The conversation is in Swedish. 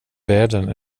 världen